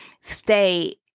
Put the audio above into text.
stay